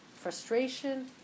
frustration